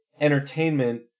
entertainment